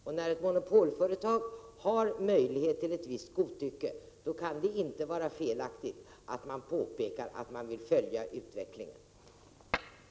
Och när ett monopolföretag har möjlighet till ett visst godtycke, kan det inte vara felaktigt att man påpekar att man vill följa utvecklingen. Detta tycker jag visar att man också från Sveriges Televisions sida hade vissa